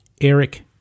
Eric